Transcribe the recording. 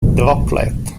droplet